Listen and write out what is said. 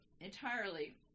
entirely